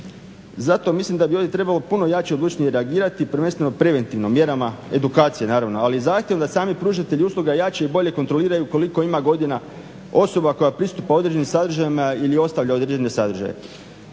Zato mislim da bi ovdje trebalo puno jače i odlučnije reagirati, prvenstveno preventivno mjerama edukacije naravno, ali i zahtjev da sami pružatelji usluga jače i bolje kontroliraju koliko ima godina osoba koja pristupa određenim sadržajima ili ostavlja određene sadržaje.